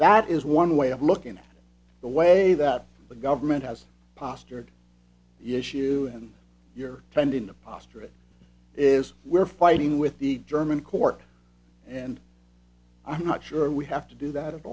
that is one way of looking at the way that the government has postured the issue and your friend in a posture it is we're fighting with the german court and i'm not sure we have to do that